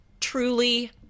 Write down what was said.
truly